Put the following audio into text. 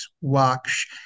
watch